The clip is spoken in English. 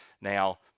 Now